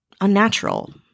unnatural